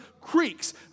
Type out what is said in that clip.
creeks